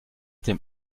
dem